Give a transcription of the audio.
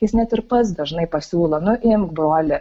jis net ir pats dažnai pasiūlo nu imk broli